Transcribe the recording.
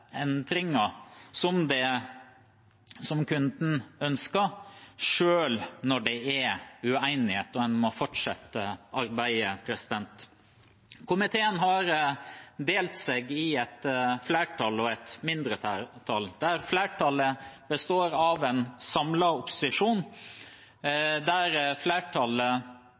utføre alle endringer som kunden ønsker, selv når det er uenighet, og en må fortsette arbeidet. Komiteen har delt seg i et flertall og et mindretall, der flertallet består av en samlet opposisjon